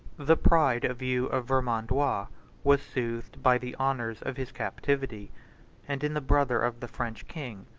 the pride of hugh of vermandois was soothed by the honors of his captivity and in the brother of the french king,